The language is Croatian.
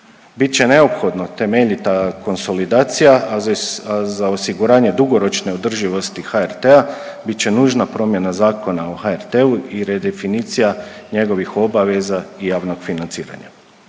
Bit će neophodna temeljita konsolidacija, a za osiguranje dugoročne održivosti HRT-a bit će nužna promjena Zakona o HRT-u i redefinicija njegovih obaveza javnog financiranja.